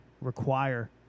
require